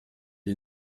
est